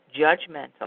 judgmental